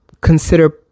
consider